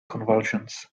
convulsions